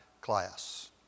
class